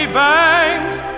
banks